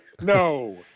No